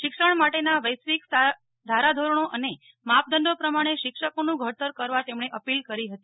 શિક્ષણ માટેના વૈશ્વિક ધારાધોરણો અને માપદંડો પ્રમાણે શિક્ષકોનું ઘડતર કરવા તેમણે અપીલ કરી હતી